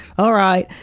alright.